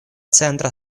centra